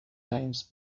times